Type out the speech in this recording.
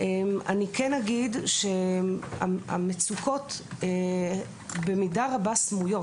כן אגיד שהמצוקות במידה רבה הן סמויות.